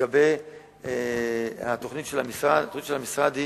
לגבי התוכנית של המשרד,